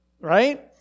right